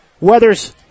Weathers